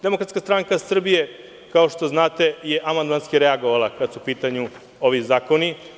Demokratska stranka Srbije, kao što znate, amandmanski je reagovala kada su u pitanju ovi zakoni.